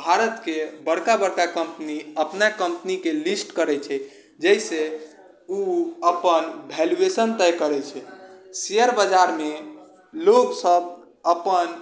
भारतके बड़का बड़का कम्पनी अपना कम्पनीके लिस्ट करै छै जाहिसँ ओ अपन वैल्युएशन तय करै छै शेयर बाजारमे लोकसब अपन